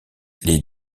les